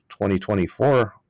2024